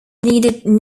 needed